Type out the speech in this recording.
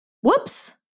Whoops